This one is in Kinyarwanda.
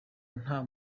nta